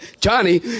Johnny